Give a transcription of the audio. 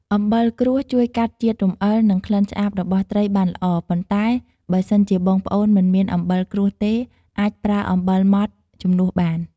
អំបិលក្រួសជួយកាត់ជាតិរំអិល និង ក្លិនឆ្អាបរបស់ត្រីបានល្អ ប៉ុន្តែបើសិនជាបងប្អូនមិនមានអំបិលក្រួសទេ អាចប្រើអំបិលម៉ដ្ដជំនួសបាន។